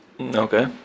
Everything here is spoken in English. Okay